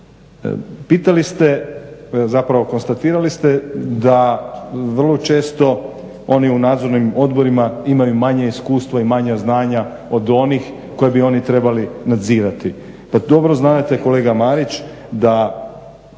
Pitali ste, zapravo konstatirali ste da vrlo često oni u Nadzornim odborima imaju manje iskustva i manja znanja od onih koje bi oni trebali nadzirati. Pa dobro znate kolega Marić da